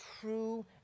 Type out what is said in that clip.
true